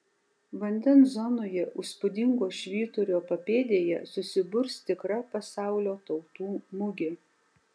vandens zonoje įspūdingo švyturio papėdėje susiburs tikra pasaulio tautų mugė